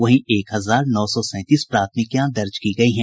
वहीं एक हजार नौ सौ सैंतीस प्राथमिकियां दर्ज की गयी है